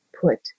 put